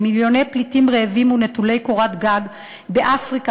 למיליוני פליטים רעבים ונטולי קורת גג באפריקה,